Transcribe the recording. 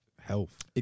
health